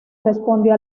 respondió